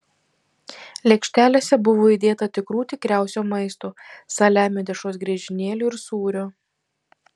lėkštelėse buvo įdėta tikrų tikriausio maisto saliamio dešros griežinėlių ir sūrio